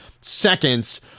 seconds